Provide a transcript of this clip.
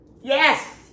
yes